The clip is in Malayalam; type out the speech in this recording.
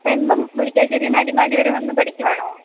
അപ്പം എന്നും മുരിക്കാശ്ശേരിയിൽ നിന്ന് അടിമാലി വരെ വന്നു പഠിക്കുകയാണോ